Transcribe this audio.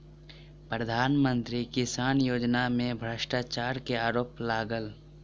प्रधान मंत्री किसान योजना में भ्रष्टाचार के आरोप लागल